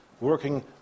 working